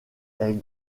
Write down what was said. est